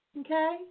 okay